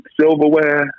silverware